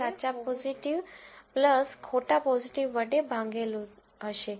તેથી આ સાચું પોઝીટિવ સાચા પોઝીટિવ ખોટા પોઝીટિવ વડે ભાંગેલું હશે